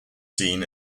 seen